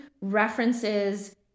references